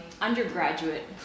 undergraduate